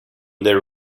their